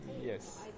yes